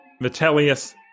Vitellius